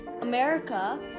America